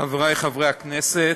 חבריי חברי הכנסת,